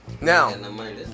Now